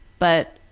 but,